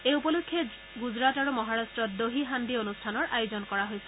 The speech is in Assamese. এই উপলক্ষে গুজৰাট আৰু মহাৰাট্টত দহি হাণ্ডি অনুষ্ঠানৰ আয়োজন কৰা হৈছে